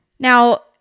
Now